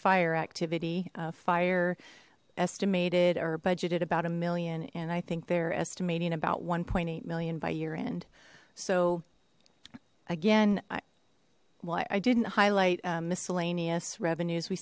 fire activity fire estimated or budgeted about a million and i think they're estimating about one eight million by year end so again i well i didn't highlight miscellaneous revenues we